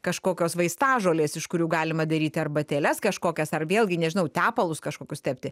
kažkokios vaistažolės iš kurių galima daryti arbatėles kažkokias ar vėlgi nežinau tepalus kažkokius tepti